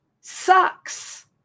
Sucks